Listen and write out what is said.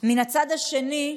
מן הצד השני,